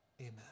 Amen